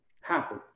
happen